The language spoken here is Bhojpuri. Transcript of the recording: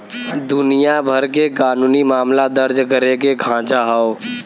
दुनिया भर के कानूनी मामला दर्ज करे के खांचा हौ